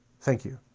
thank you.